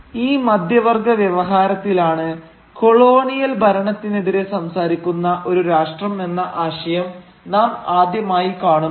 കാരണം ഈ മധ്യവർഗ്ഗ വ്യവഹാരത്തിലാണ് കൊളോണിയൽ ഭരണത്തിനെതിരെ സംസാരിക്കുന്ന ഒരു രാഷ്ട്രം എന്ന ആശയം നാം ആദ്യമായി കാണുന്നത്